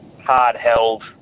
hard-held